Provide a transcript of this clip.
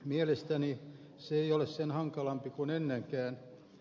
mielestäni se ei ole sen hankalampi kuin ennenkään